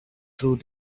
through